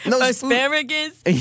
Asparagus